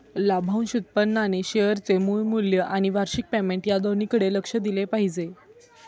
लाभांश उत्पन्नाने शेअरचे मूळ मूल्य आणि वार्षिक पेमेंट या दोन्हीकडे लक्ष दिले पाहिजे